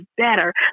better